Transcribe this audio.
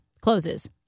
closes